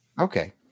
Okay